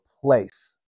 place